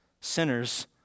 sinners